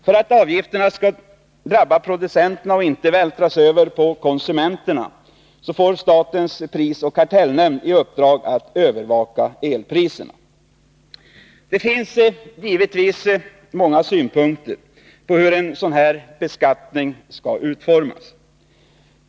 För att avgifterna skall drabba producenterna och inte vältras över på konsumenterna, får statens prisoch kartellnämnd i uppdrag att övervaka elpriserna. Det finns givetvis många synpunkter på hur en sådan här beskattning skall utformas.